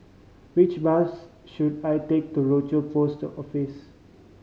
which bus should I take to Rochor Post Office